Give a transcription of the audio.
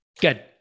Good